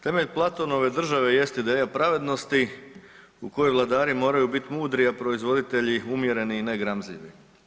Temelje Platonove države jeste ideja pravednosti u kojoj vladari moraju biti mudri, a proizvoditelji umjereni i ne gramzivi.